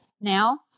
Now